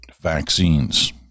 Vaccines